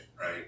right